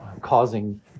causing